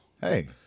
hey